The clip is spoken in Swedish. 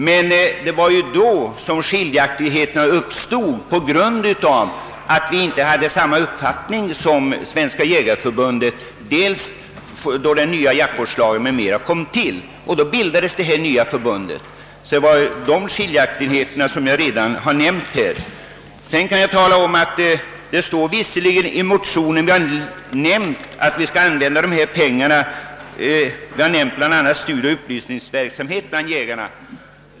Men det var ju då som skiljaktigheterna uppstod på grund av att vi inte hade samma uppfattning som Svenska jägareförbundet, bl.a. beträffande den nya jaktvårdslagen. Så bildades alltså detta nya förbund, och det är dessa skiljaktigheter jag redovisat. Jag vill vidare påpeka att vi i motionen nämnt att de ifrågavarande medlen skall användas för bl.a. studieoch upplysningsverksamhet bland jägarna.